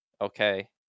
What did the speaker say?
Okay